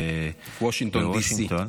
בוושינגטון,